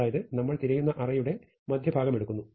അതായത് നമ്മൾ തിരയുന്ന അറേയുടെ മധ്യഭാഗം എടുക്കുന്നു